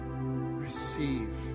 Receive